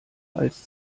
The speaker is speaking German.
als